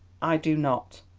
i do not.